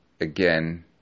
again